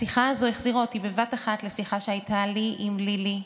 השיחה הזו החזירה אותי בבת אחת לשיחה שהייתה לי עם לילי,